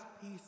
peace